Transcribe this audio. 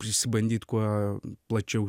išsibandyt kuo plačiau